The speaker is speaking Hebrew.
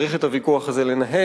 צריך את הוויכוח הזה לנהל.